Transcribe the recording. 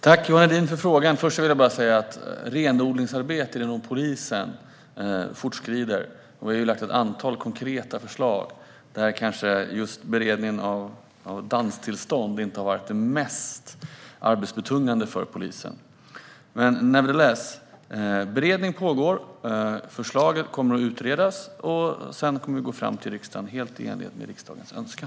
Herr talman! Jag tackar Johan Hedin för frågan. Renodlingsarbetet inom polisen fortskrider. Vi har lagt fram ett antal konkreta förslag. Just beredningen av danstillstånd har kanske inte varit det mest arbetsbetungande för polisen. Men, nevertheless, beredning pågår. Förslaget kommer att utredas, och sedan kommer vi att återkomma till riksdagen, helt i enlighet med riksdagens önskan.